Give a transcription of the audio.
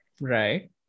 Right